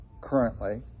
currently